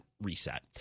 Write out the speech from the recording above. reset